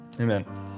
Amen